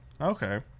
Okay